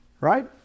Right